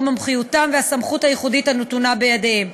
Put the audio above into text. מומחיותם והסמכויות הייחודיות הנתונות בידיהם.